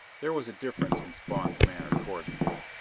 there was a difference in spawn's manner toward me now.